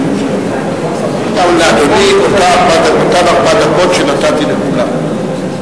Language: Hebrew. אתן לאדוני אותן ארבע דקות שנתתי לכולם.